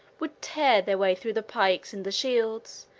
would tear their way through the pikes and the shields,